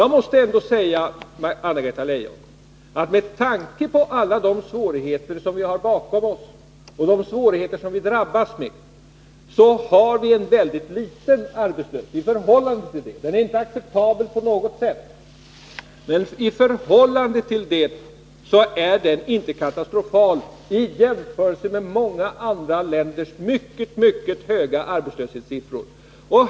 Med tanke på alla de svårigheter som vi har bakom oss och de svårigheter som vi ännu har är ändå arbetslösheten väldigt liten, Anna-Greta Leijon. Den är inte på något sätt acceptabel, men den är inte katastrofal i jämförelse med många andra länders mycket höga arbetslöshetssiffror.